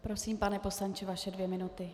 Prosím, pane poslanče, vaše dvě minuty.